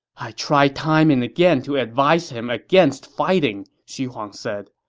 i tried time and again to advise him against fighting, xu huang said.